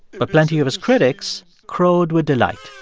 but plenty of his critics crowed with delight.